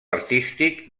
artístic